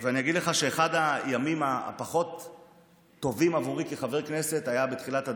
אני אגיד לך שאחד הימים הפחות-טובים עבורי כחבר כנסת היה בתחילת הדרך,